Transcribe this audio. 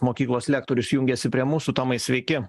mokyklos lektorius jungiasi prie mūsų tomai sveiki